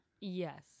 Yes